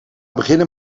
beginnen